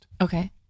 Okay